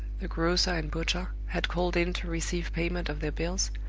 the grocer and butcher had called in to receive payment of their bills,